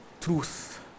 truth